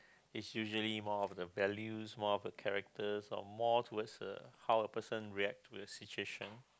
is usually more of the values more of the characters or more towards the how a person reacts to a situation